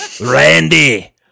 Randy